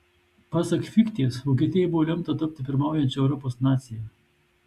pasak fichtės vokietijai buvo lemta tapti pirmaujančia europos nacija